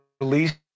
released